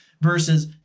versus